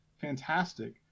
fantastic